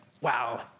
wow